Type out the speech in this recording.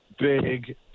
big